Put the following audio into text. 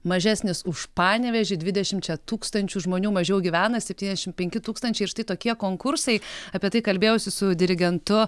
mažesnis už panevėžį dvidešimčia tūkstančių žmonių mažiau gyvena septyniašim penki tūkstančiai ir štai tokie konkursai apie tai kalbėjausi su dirigentu